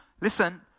listen